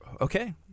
Okay